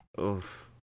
Oof